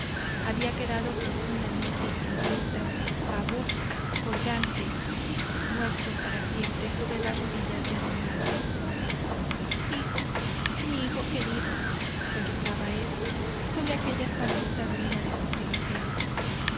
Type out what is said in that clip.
había quedado profundamente idiota baboso colgante muerto para siempre sobre las rodillas de su madre hijo mi hijo querido sollozaba ésta sobre aquella espantosa ruina de su primogénito